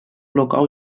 local